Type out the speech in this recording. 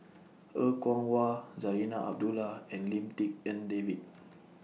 Er Kwong Wah Zarinah Abdullah and Lim Tik En David